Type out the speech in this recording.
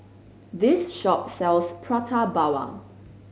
this shop sells Prata Bawang